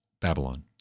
Babylon